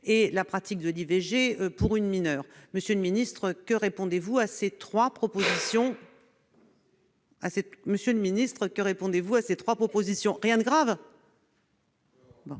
et la pratique de l'IVG pour les mineures. Monsieur le ministre, que répondez-vous à ces trois propositions ? La parole